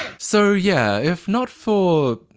so yeah, if not for.